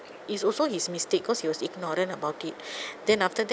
it's also his mistake because he was ignorant about it then after that